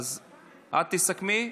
את תסכמי.